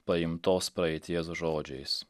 paimtos praeities žodžiais